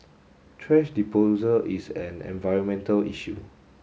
trash disposal is an environmental issue